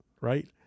right